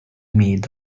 meet